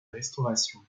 restauration